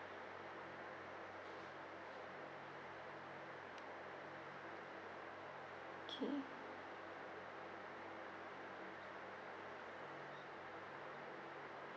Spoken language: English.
okay